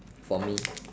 for me